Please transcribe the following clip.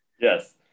Yes